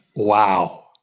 wow.